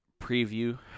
preview